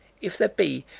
if there be,